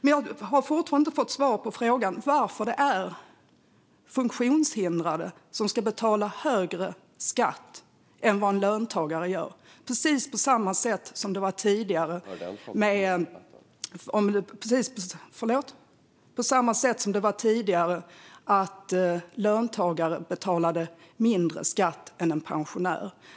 Jag har fortfarande inte fått svar på frågan om varför det är funktionshindrade som ska betala högre skatt än en löntagare gör. Det är precis på samma sätt som det var tidigare - att en löntagare betalade mindre skatt än en pensionär.